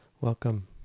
Welcome